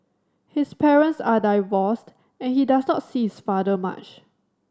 his parents are divorced and he does not see his father much